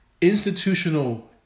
Institutional